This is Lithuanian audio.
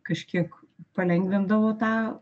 kažkiek palengvindavo tą